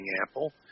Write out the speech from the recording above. apple